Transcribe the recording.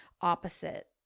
opposite